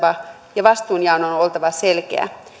ja vastuunjaon on on oltava selkeä